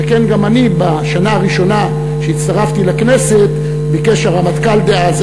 שכן גם אני בשנה הראשונה שהצטרפתי לכנסת ביקש הרמטכ"ל דאז,